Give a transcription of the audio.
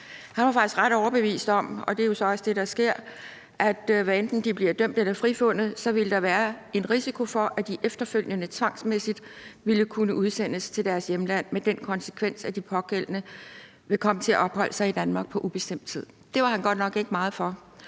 Han var faktisk ret overbevist om – og det er jo så også det, der sker – at hvad enten de bliver dømt eller frifundet, ville der være en risiko for, at de efterfølgende tvangsmæssigt ville kunne udsendes til deres hjemland med den konsekvens, at de pågældende ville komme til at opholde sig i Danmark på ubestemt tid. Det var han godt nok ikke meget for.